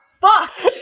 fucked